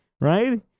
right